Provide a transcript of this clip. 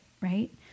right